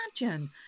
imagine